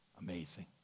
Amazing